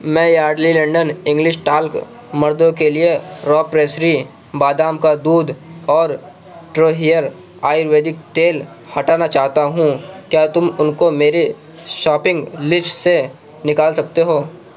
میں Yardley London English talc مردوں کے لیے را پریسری بادام کا دودھ اور ٹرو ہیئر آیورویدک تیل ہٹانا چاہتا ہوں کیا تم ان کو میرے شاپنگ لسٹ سے نکال سکتے ہو